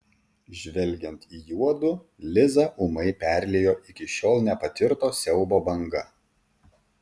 žvelgiant į juodu lizą ūmai perliejo iki šiol nepatirto siaubo banga